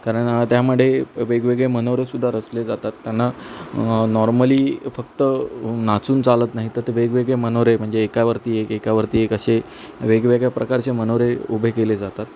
कारण त्यामध्ये वेगवेगळे मनोरे सुद्धा रचले जातात त्यांना नॉर्मली फक्त नाचून चालत नाही तर ते वेगवेगळे मनोरे म्हणजे एकावरती एक एकावरती एक असे वेगवेगळ्या प्रकारचे मनोरे उभे केले जातात